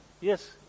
Yes